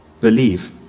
Believe